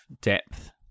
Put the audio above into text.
depth